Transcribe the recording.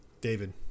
David